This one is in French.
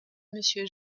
monsieur